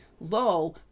low